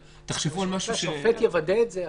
תחשבו על משהו --- שהשופט יוודא את זה.